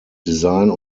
design